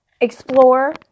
explore